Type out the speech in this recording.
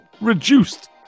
reduced